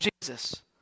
jesus